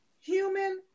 human